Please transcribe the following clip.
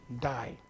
die